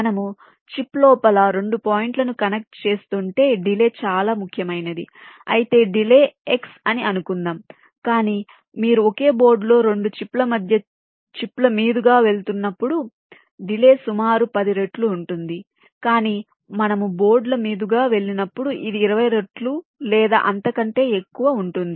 మనము చిప్ లోపల 2 పాయింట్లను కనెక్ట్ చేస్తుంటే డిలే చాలా ముఖ్యమైనది అయితే డిలే X అని అనుకుందాం కానీ మీరు ఒకే బోర్డులో 2 చిప్ల మధ్య చిప్ల మీదుగా వెళుతున్నప్పుడు డిలే సుమారు 10 రెట్లు ఉంటుంది కానీ మనము బోర్డుల మీదుగా వెళ్లినప్పుడు ఇది 20 రెట్లు లేదా అంతకంటే ఎక్కువ ఉంటుంది